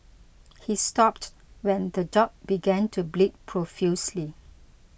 he stopped when the dog began to bleed profusely